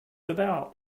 about